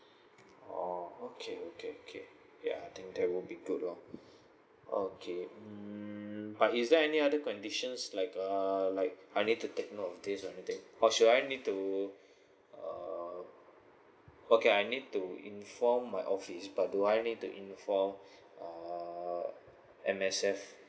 oh okay okay okay yeuh I think that will be good loh okay mm but is there any other conditions like err like I need to take note of this and thing or should I need to uh okay I need to inform my office but do I need to inform uh M_S_F